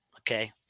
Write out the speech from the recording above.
Okay